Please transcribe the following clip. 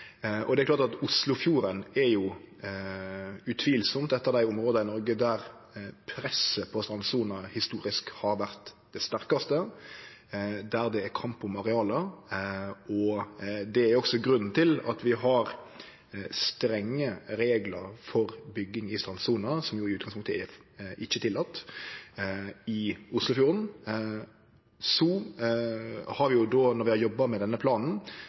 Det er klart at Oslofjorden utvilsamt er eitt av dei områda i Noreg der presset på strandsona historisk har vore det sterkaste, der det er kamp om areal. Det er også grunnen til at vi har strenge reglar for bygging i strandsona, som i utgangspunktet ikkje er tillate ved Oslofjorden. Vi har, når vi har jobba med denne planen,